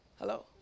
Hello